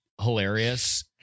Hilarious